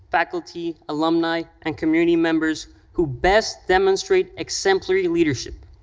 faculty, alumni, and community members who best demonstrate exemplary leadership.